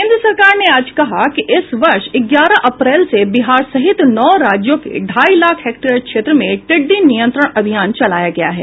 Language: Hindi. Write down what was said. केन्द्र सरकार ने आज कहा कि इस वर्ष ग्यारह अप्रैल से बिहार सहित नौ राज्यों के ढाई लाख हेक्टेयर क्षेत्र में टिड्डी नियंत्रण अभियान चलाया गया है